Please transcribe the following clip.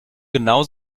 genau